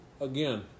again